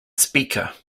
speaker